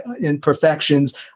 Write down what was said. imperfections